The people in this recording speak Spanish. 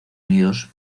unidos